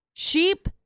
sheep